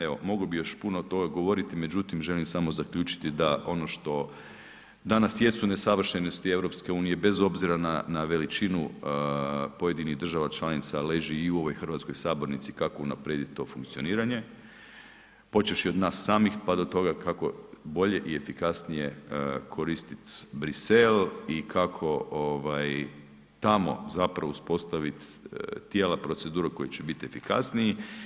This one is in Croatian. Evo mogao bih još puno toga govoriti, međutim želim samo zaključiti da ono što danas jesu nesavršenosti EU bez obzira na veličinu pojedinih država članica leži i u ovoj hrvatskoj sabornici kako unaprijediti to funkcioniranje, počevši od nas samih pa do toga kako bolje i efikasnije koristiti Bruxelles i kako tamo zapravo uspostaviti tijela procedure koji će biti efikasniji.